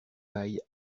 paille